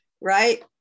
Right